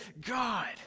God